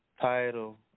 title